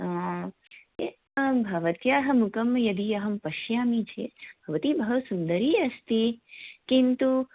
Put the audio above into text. एं भवत्याः मुखं यदि अहं पश्यामि चेत् भवती बहु सुन्दरी अस्ति किन्तु